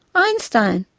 einstein,